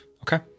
Okay